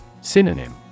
Synonym